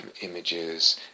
images